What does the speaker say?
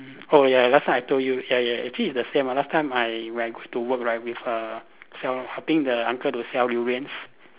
mm oh ya last time I told you ya ya actually it's the same ah last time I when I go to work right with err sell helping the uncle to sell durians